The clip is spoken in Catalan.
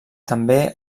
també